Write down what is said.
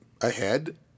ahead